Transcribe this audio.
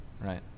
right